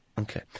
Okay